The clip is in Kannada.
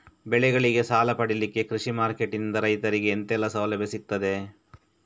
ಬೆಳೆಗಳಿಗೆ ಸಾಲ ಪಡಿಲಿಕ್ಕೆ ಕೃಷಿ ಮಾರ್ಕೆಟ್ ನಿಂದ ರೈತರಿಗೆ ಎಂತೆಲ್ಲ ಸೌಲಭ್ಯ ಸಿಗ್ತದ?